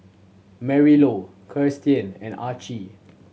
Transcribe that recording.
Marilou Kiersten and Archie